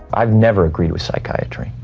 i've never agreed with psychiatry,